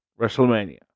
WrestleMania